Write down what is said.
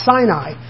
Sinai